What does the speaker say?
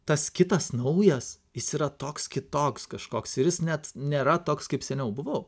tas kitas naujas jis yra toks kitoks kažkoks ir jis net nėra toks kaip seniau buvau